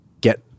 get